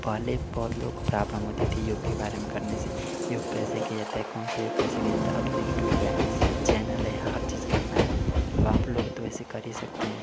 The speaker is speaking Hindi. पहले बहुत लोग प्रॉब्लम होती थी योग के बारे में करने से योग कैसे किया जाता है कौन से योग कैसे किया जाता है अब तो यूट्यूब है चैनल हैं हर चीज़ करना है और आप लोग तो ऐसे कर ही सकते हैं